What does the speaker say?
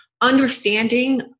understanding